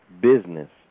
business